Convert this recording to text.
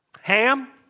Ham